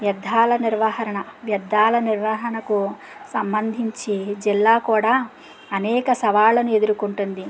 వ్యర్ధాల నిర్వహరణ వ్యర్ధాల నిర్వహణకు సంబందించి జిల్లా కూడా అనేక సవాలను ఎదుర్కొంటుంది